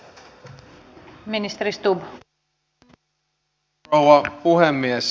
arvoisa rouva puhemies